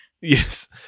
Yes